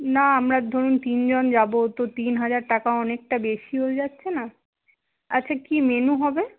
না আমরা ধরুন তিনজন যাবো তো তিন হাজার টাকা অনেকটা বেশি হয়ে যাচ্ছে না আচ্ছা কি মেনু হবে